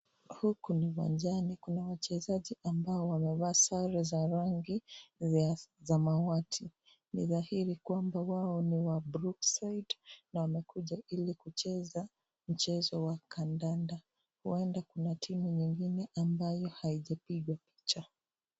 Huku ni uwanjani kuna wachezaji ambao wamevaa sare za rangi ya samawati, ni dhahiri kwamba wao ni wa Brooke Side na wamekuja ili kucheza mchezo wa kandada. Huenda kuna timu nyingine ambayo haijapigwa picha.